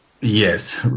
Yes